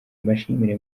mbashimire